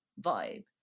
vibe